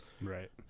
Right